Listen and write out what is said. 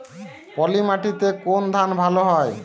পলিমাটিতে কোন ধান ভালো হয়?